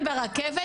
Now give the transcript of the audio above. מותר?